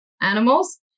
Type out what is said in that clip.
animals